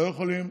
לא יכולים,